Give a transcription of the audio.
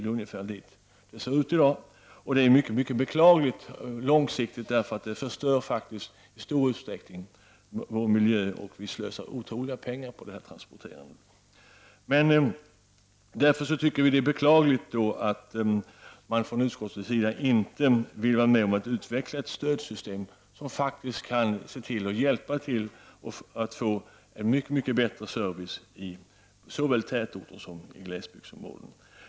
Det är ungefär så som det ser ut i dag, vilket är mycket beklagligt på lång sikt, eftersom vår miljö förstörs i stor utsträckning och det slösas otroligt mycket pengar på detta transporterande. Det är då beklagligt att man från utskottets sida inte vill vara med om att utveckla ett stödsystem som faktiskt kan bidra till att skapa en mycket bättre service i såväl tätorter som glesbygdsområden.